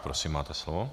Prosím, máte slovo.